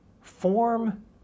form